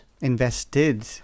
Invested